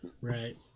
Right